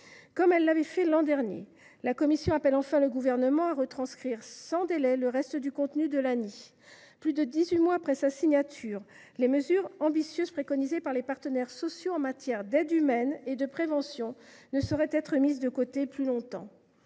Comme elle l’avait fait l’an dernier, la commission appelle enfin le Gouvernement à retranscrire sans délai le reste du contenu de l’ANI. Plus de dix huit mois après la signature de cet accord, les mesures ambitieuses préconisées par les partenaires sociaux en matière d’aide humaine et de prévention ne sauraient être mises de côté plus longtemps.